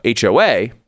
HOA